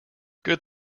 good